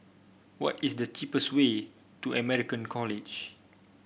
what is the cheapest way to American College